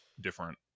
different